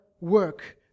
work